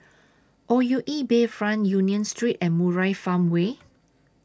O U E Bayfront Union Street and Murai Farmway